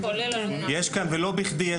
יש כאן ולא בכדי,